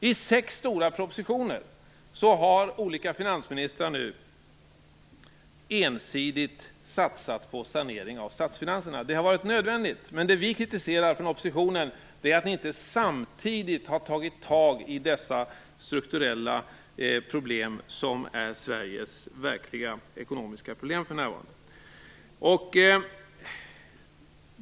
I sex stora propositioner har olika finansministrar ensidigt satsat på sanering av statsfinanserna. Det har varit nödvändigt. Men det som vi från oppositionen kritiserar är att ni inte samtidigt har tagit tag i dessa strukturella problem som är Sveriges verkliga ekonomiska problem för närvarande.